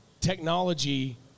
technology